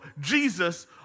Jesus